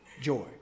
joy